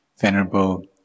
Venerable